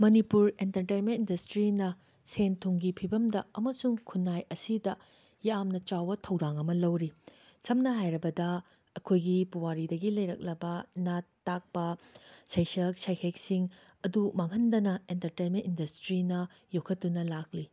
Manipur entertainment ꯏꯟꯗꯁꯇ꯭ꯔꯤꯅ ꯁꯦꯟ ꯊꯨꯝꯒꯤ ꯐꯤꯚꯝꯗ ꯑꯃꯁꯨꯡ ꯈꯨꯟꯅꯥꯏ ꯑꯁꯤꯗ ꯌꯥꯝꯅ ꯆꯥꯎꯕ ꯊꯧꯗꯥꯡ ꯑꯃ ꯂꯧꯔꯤ ꯁꯝꯅ ꯍꯥꯏꯔꯕꯗ ꯑꯩꯈꯣꯏꯒꯤ ꯄꯨꯋꯥꯔꯤꯗꯒꯤ ꯂꯩꯔꯛꯂꯕ ꯅꯥꯠ ꯇꯥꯛꯄ ꯁꯩꯁꯛ ꯁꯩꯍꯦꯛꯁꯤꯡ ꯑꯗꯨ ꯃꯥꯡꯍꯟꯗꯅ ꯑꯦꯟꯇꯔꯇꯦꯟꯃꯦꯟ ꯏꯟꯗꯁꯇ꯭ꯔꯤꯅ ꯌꯣꯈꯠꯇꯨꯅ ꯂꯥꯛꯂꯤ